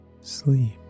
sleep